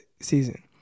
season